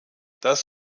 das